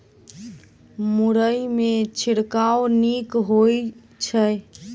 मुरई मे छिड़काव नीक होइ छै?